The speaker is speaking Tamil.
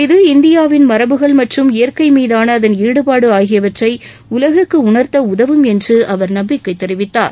இது இந்தியாவின் மரபுகள் மற்றும் இயற்கை மீதான அதன் ஈடுபாடு ஆகியவற்றை உலகுக்கு உணர்த்த உதவும் என்று அவர் நம்பிக்கை தெரிவித்தார்